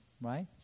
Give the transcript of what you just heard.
right